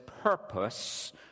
purpose